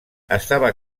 estava